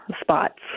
spots